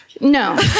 No